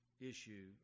issue